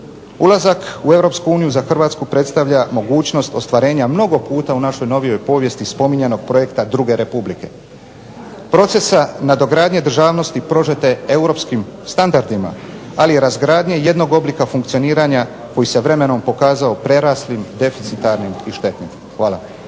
uniju za Hrvatsku predstavlja mogućnost ostvarenja mnogo puta u našoj novijoj povijesti spominjanog projekta druge republike. Procesa nadogradnje državnosti prožete europskim standardima, ali i razgradnje jednog oblika funkcioniranja koji se vremenom pokazao preraslim, deficitarnim i štetnim. Hvala.